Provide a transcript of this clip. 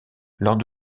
lors